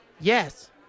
Yes